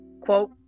quote